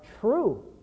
true